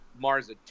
Mars